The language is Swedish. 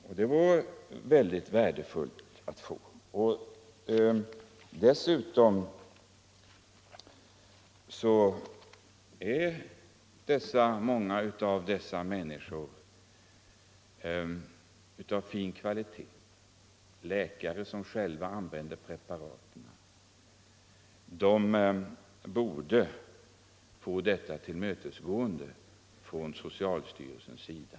Många av de människor som använder dessa preparat är av fin kvalitet; läkare som själva använder preparaten borde få detta tillmötesgående från socialstyrelsens sida.